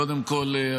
קודם כול,